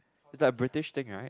it's a British thing right